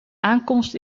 aankomst